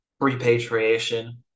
repatriation